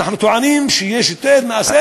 ואנחנו טוענים שיש יותר מ-10,000.